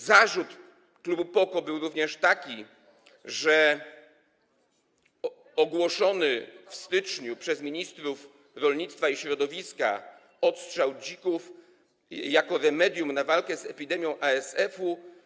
Zarzut klubu PO - KO był również taki, że ogłoszony w styczniu przez ministrów rolnictwa i środowiska odstrzał dzików jako remedium, sposób na walkę z epidemią ASF-u.